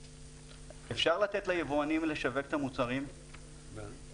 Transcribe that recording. אפשר לתת ליבואנים לשווק את המוצרים --- (היו"ר